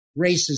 racism